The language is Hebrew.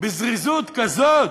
בזריזות כזו.